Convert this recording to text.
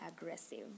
aggressive